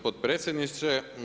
potpredsjedniče.